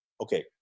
Okay